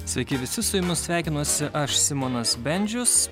sveiki visi su jumis sveikinuosi aš simonas bendžius